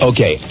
Okay